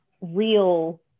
real